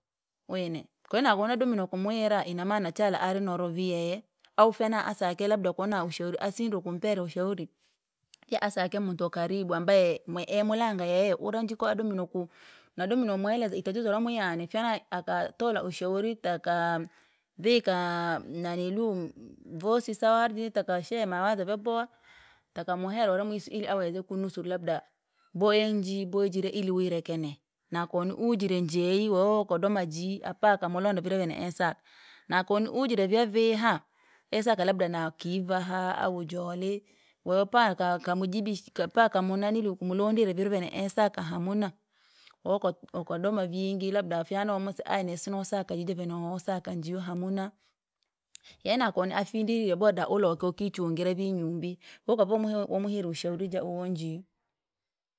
Wine, kwahiyo nakonadomeri nokamuwira, inamaana chalo ari noro vii yeye, au fyana asake labda konoushauri, asina kumpera ushauri, fye asake muntu ukaribu ambaye mweomulanga yeye ura nji koadomi nuku, nadomire nomweleza itatizo ramwi yane fyane akatola ushauri taka viika naniluu mh- vosi sawa litakashea mawazo vyaboha, takamuhera ura mwenyiswili aweze kunusuru labda boya injii boya ijile ili wireke neye, nakoniujue njyeyi wo ukadoma jiyi apa kamulonda vira vyeosaka. Nako niujire vyaviha, esaka labda na kivaha, au joli, wee paka kamjish kapaka munanilii kumlondere vira vene osaka hamuna, woko wokodoma nyingi labda fyano ayi ni sinosaka ivi yene wasoka yijive nohosaka njiwa hamuna. Yaani nako neafidilile boda uloke wakichungire vi nyumbi, wakava umuhe wamuhire ushauri ja uhonji.